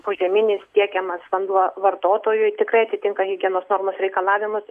požeminis tiekiamas vanduo vartotojui tikrai atitinka higienos normos reikalavimus